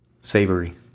Savory